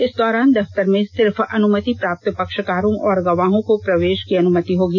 इस दौरान दफ्तर में सिर्फ अनुमति प्राप्त पक्षकारों और गवाहों को प्रवेश की अनुमति होगी